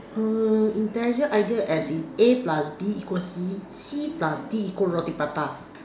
uh intelligent idea as in A plus B equal C C plus D equal roti prata